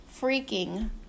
freaking